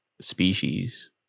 species